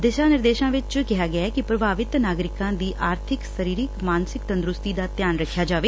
ਦਿਸ਼ਾ ਨਿਰਦੇਸ਼ਾਂ ਵਿਚ ਕਿਹਾ ਗਿਐ ਕਿ ਪ੍ਰਭਾਵਿਤ ਨਾਗਰਿਕਾਂ ਦੀ ਆਰਥਿਕ ਸਰੀਰਕ ਅਤੇ ਮਾਨਸਿਕ ਤੰਦਰੁਸਤੀ ਦਾ ਧਿਆਨ ਰੱਖਿਆ ਜਾਵੇ